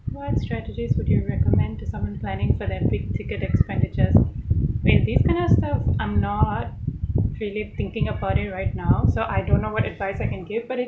what strategies would you recommend to someone planning for their big ticket expenditures wait these kind of stuff I'm not really thinking about it right now so I don't know what advice I can give but it